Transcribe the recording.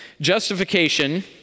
justification